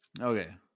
Okay